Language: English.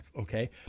okay